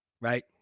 right